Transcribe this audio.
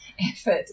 effort